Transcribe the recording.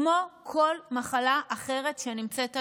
כמו כל מחלה אחרת שנמצאת היום.